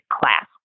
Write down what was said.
class